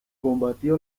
combatió